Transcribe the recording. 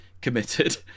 committed